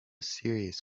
serious